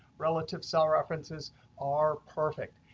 relative cell references are perfect,